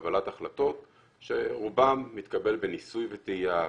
קבלת החלטות שרובן מתקבל בניסוי וטעייה,